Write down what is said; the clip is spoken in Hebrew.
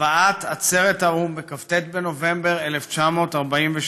הצבעת עצרת האו"ם בכ"ט בנובמבר 1947,